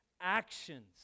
actions